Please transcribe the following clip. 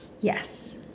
yes